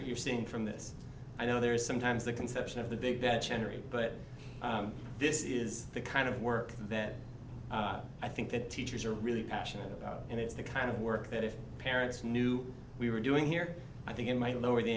what you're seeing from this i know there is sometimes the conception of the big that cherry but this is the kind of work that i think that teachers are really passionate about and it's the kind of work that if parents knew we were doing here i think it might lower the